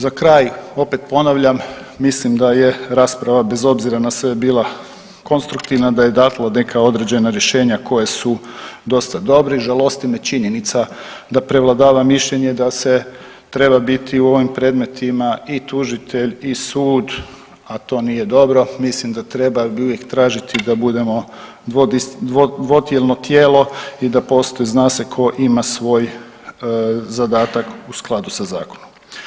Za kraj, opet ponavljam, mislim da je rasprava, bez obzira na sve, bila konstruktivna, da je dalo neka određene rješenja koja su dosta dobri i žalosti me činjenica da prevladava mišljenje da se treba biti u ovim predmetima i tužitelj i sud, a to nije dobro, mislim da treba, bi uvijek tražiti da budemo dvotjelno tijelo i da postoji zna se tko ima svoj zadatak u skladu sa zakonom.